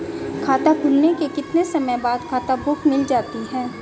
खाता खुलने के कितने समय बाद खाता बुक मिल जाती है?